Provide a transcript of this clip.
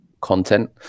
content